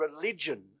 religion